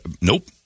Nope